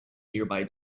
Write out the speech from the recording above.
nearby